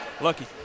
Lucky